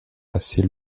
assez